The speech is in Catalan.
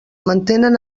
mantenen